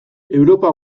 europa